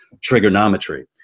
Trigonometry